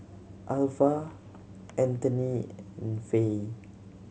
Alvah Antony and Faye